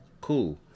Cool